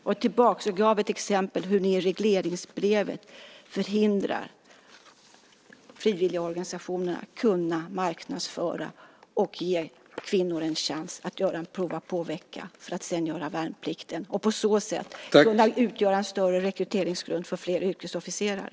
Jag går tillbaka och ger exemplet hur ni i regleringsbrevet förhindrar frivilligorganisationer från att kunna marknadsföra och ge kvinnor en chans att göra en prova-på-vecka för att sedan göra värnplikten och på så sätt kunna utgöra en större rekryteringsgrund för fler yrkesofficerare.